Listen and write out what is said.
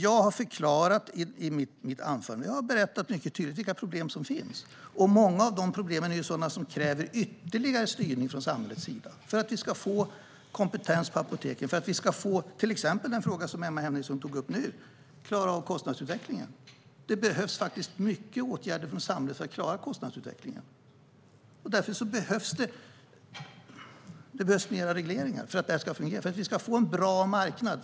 Jag har i mitt anförande mycket tydligt talat om vilka problem som finns. Många av dessa problem kräver ytterligare styrning från samhällets sida för att vi ska få kompetens på apoteken och för att vi ska klara av kostnadsutvecklingen, som Emma Henriksson nu tog upp. Det behövs faktiskt många åtgärder från samhället för att klara kostnadsutvecklingen. Därför behövs det fler regleringar för att detta ska fungera och för att vi ska få en bra marknad.